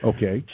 Okay